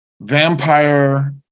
vampire